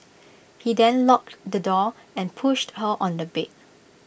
he then locked the door and pushed her on the bed